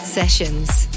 sessions